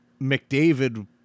McDavid